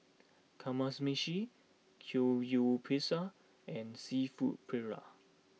Kamameshi Samgyeopsal and Seafood Paella